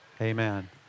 amen